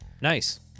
Nice